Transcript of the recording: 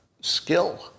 skill